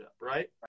Right